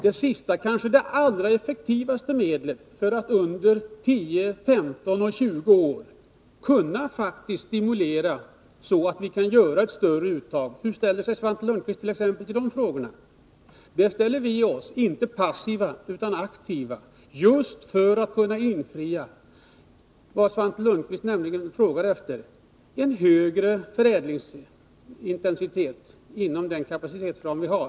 Det senaste är kanske det allra effektivaste medlet för att under tio, femton eller tjugo år faktiskt kunna stimulera, så att vi kan göra ett större uttag. Hur ställer sig Svante Lundkvist till de frågorna? I dessa sammanhang ställer vi oss inte passiva utan aktiva, för att kunna uppnå just vad Svante Lundkvist frågade efter, en högre förädlingsintensitet inom den kapacitetsram som vi har.